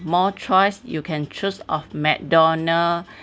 more choice you can choose of mcdonald